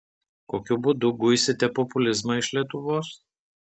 kokiu būdu guisite populizmą iš lietuvos